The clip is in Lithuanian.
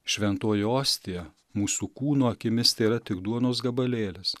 šventoji ostija mūsų kūno akimis tėra tik duonos gabalėlis